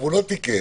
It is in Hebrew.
ודאי.